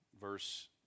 verse